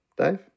Dave